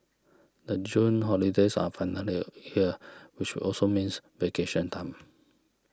the June holidays are finally here which also means vacation time